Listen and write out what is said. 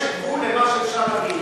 יש גבול למה שאפשר להגיד.